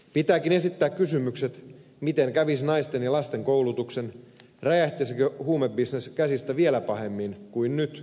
pitääkin esittää kysymykset miten kävisi naisten ja lasten koulutuksen räjähtäisikö huumebisnes käsistä vielä pahemmin kuin nyt